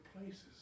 places